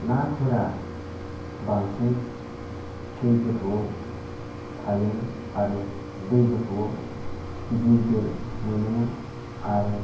नाफोरा बांसिन दै गोथौआव थायोमोन आरो दै गोथौआव गिदिर गिदिर मोनोमोन आरो